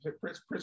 Prince